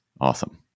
Awesome